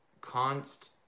Const